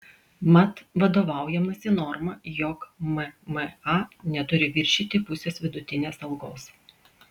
mat vadovaujamasi norma jog mma neturi viršyti pusės vidutinės algos